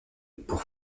pour